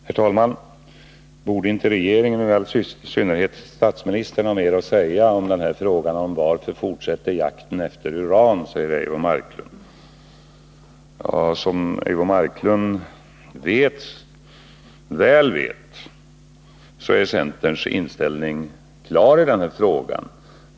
Herr talman! Borde inte regeringen och i all synnerhet statsministern ha mer att säga i frågan om varför man fortsätter jakten efter uran? frågar Eivor Marklund. Som Eivor Marklund väl vet är centerns inställning klar i denna fråga.